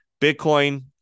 Bitcoin